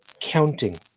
counting